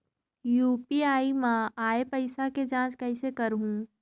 UPI मा आय पइसा के जांच कइसे करहूं?